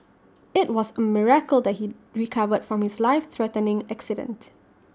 IT was A miracle that he recovered from his life threatening accident